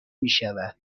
میشود